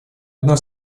одна